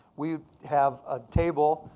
we'd have a table,